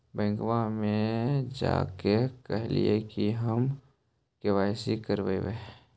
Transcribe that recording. बैंकवा मे जा के कहलिऐ कि हम के.वाई.सी करईवो?